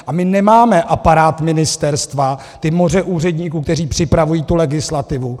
A my nemáme aparát ministerstva, ta moře úředníků, kteří připravují legislativu.